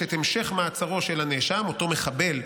את המשך מעצרו של נאשם זה" אותו מחבל,